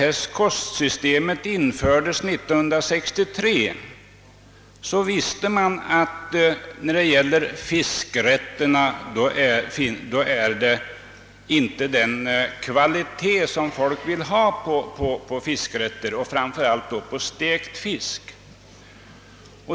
När kostsystemet infördes 1963 visste man att det inte blir önskad kvalitet på fiskrätter, framför allt inte på stekt fisk.